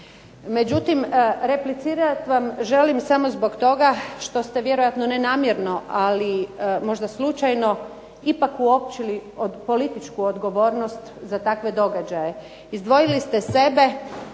Međutim, replicirat vam želim samo zbog toga što ste ne namjerno ali možda slučajno ipak uočili političku odgovornost za takve događaje. Izdvojili ste sebe